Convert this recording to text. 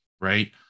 Right